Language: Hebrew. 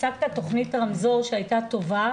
הצגת את תכנית רמזור שהייתה טובה,